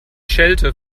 schelte